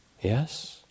Yes